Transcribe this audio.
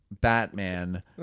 Batman